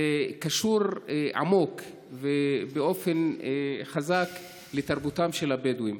זה קשור עמוק ובאופן חזק לתרבותם של הבדואים.